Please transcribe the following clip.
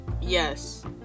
Yes